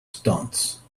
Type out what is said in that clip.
stones